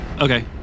Okay